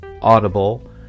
Audible